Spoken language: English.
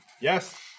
Yes